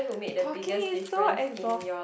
talking is so exhaust~